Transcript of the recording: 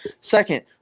Second